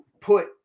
put